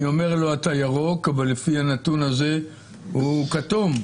אני אומר לו שאתה ירוק אבל לפי הנתון הזה הוא כתום.